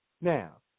Now